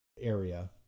area